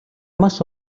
маш